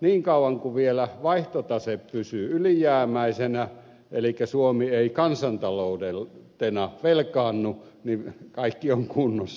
niin kauan kuin vielä vaihtotase pysyy ylijäämäisenä elikkä suomi ei kansantaloutena velkaannu kaikki on kunnossa